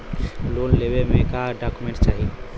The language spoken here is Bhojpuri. लोन लेवे मे का डॉक्यूमेंट चाही?